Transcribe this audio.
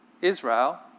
Israel